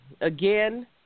Again